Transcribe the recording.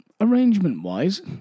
arrangement-wise